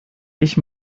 ich